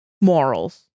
morals